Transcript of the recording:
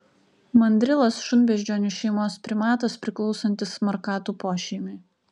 mandrilas šunbeždžionių šeimos primatas priklausantis markatų pošeimiui